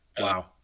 Wow